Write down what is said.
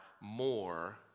more